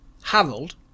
Harold